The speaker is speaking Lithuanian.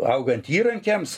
augant įrankiams